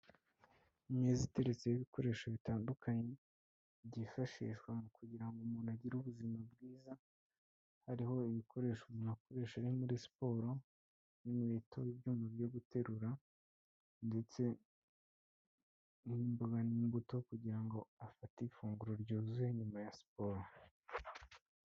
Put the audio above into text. Imeza iteretseho ibikoresho bitandukanye byifashishwa mu kugira ngo umuntu agire ubuzima bwiza, hariho ibikoresho umuntu akoresha ari muri siporo, nk'ikweto, ibyuma byo guterura ndetse n'imboga n'imbuto kugira ngo afate ifunguro ryuzuye nyuma ya siporo.